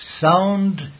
Sound